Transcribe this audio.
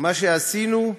שמה שעשינו,